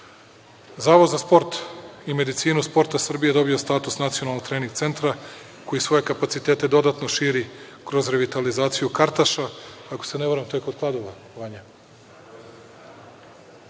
za sport i medicinu sporta Srbije dobio je status nacionalnog trening centra, koji svoje kapacitete dodatno širi kroz revitalizaciju „Kartaša“, ako se ne varam, čime se stvaraju